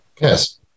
yes